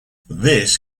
this